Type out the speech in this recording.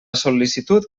sol·licitud